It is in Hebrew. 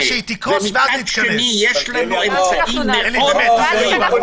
(15 בינואר 2021). זה בעצם הארכה של כל קובץ תקנות העבודה בלי קשר